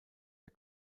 der